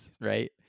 right